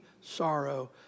sorrow